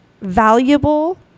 valuable